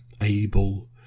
able